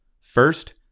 First